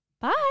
Bye